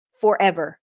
forever